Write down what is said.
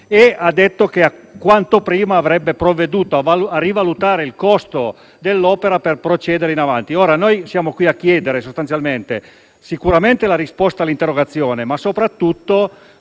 e ha detto che, quanto prima, avrebbe provveduto a rivalutare il costo dell'opera per procedere in avanti. Ora, noi chiediamo sicuramente la risposta all'interrogazione, ma soprattutto,